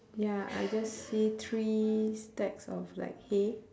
ya I just see three stacks of like hay